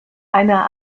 einer